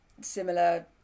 similar